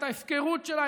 את ההפקרות שלה,